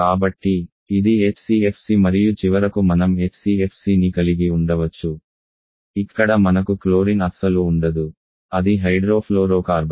కాబట్టి ఇది HCFC మరియు చివరకు మనం HCFCని కలిగి ఉండవచ్చు ఇక్కడ మనకు క్లోరిన్ అస్సలు ఉండదు అది హైడ్రోఫ్లోరోకార్బన్